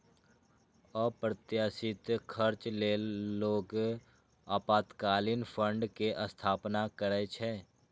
अप्रत्याशित खर्च लेल लोग आपातकालीन फंड के स्थापना करै छै